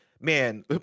man